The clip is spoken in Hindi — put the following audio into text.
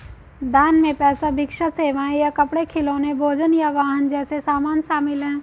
दान में पैसा भिक्षा सेवाएं या कपड़े खिलौने भोजन या वाहन जैसे सामान शामिल हैं